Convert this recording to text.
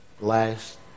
last